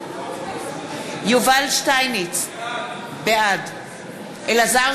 בעד יובל שטייניץ, בעד אלעזר